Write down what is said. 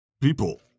people